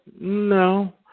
No